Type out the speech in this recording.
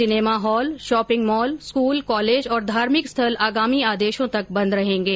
cinema hall shopping mall school college और धार्मिक स्थल आगामी आदेशों तक बंद रहेंगे